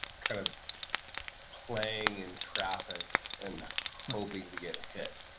kind of playing in traffic and hoping to get hit